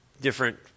different